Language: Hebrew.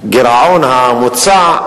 הגירעון המוצע,